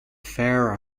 fair